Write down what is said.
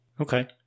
Okay